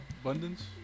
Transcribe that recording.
Abundance